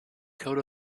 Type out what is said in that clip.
coat